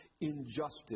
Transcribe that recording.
injustice